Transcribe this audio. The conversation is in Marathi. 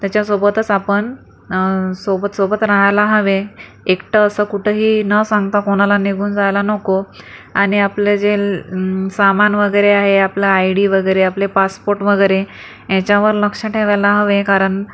त्याच्यासोबतच आपण सोबत सोबत राहायला हवे एकटं असं कुठंही न सांगता कोणाला निघून जायला नको आणि आपलं जे सामान वगैरे आहे आपला आय डी वगैरे आपले पासपोर्ट वगैरे याच्यावर लक्ष ठेवायला हवे कारण